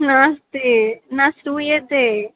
नास्ति न श्रूयते